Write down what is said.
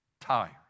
tired